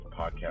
podcast